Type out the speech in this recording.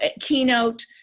keynote